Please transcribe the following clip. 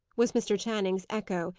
was mr. channing's echo,